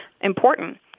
important